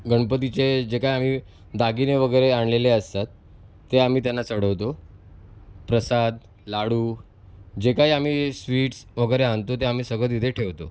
गणपतीचे जे काय आम्ही दागिने वगैरे आणलेले असतात ते आम्ही त्यांना चढवतो प्रसाद लाडू जे काय आम्ही स्वीट्स वगैरे आणतो ते आम्ही सगळं तिथे ठेवतो